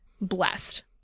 blessed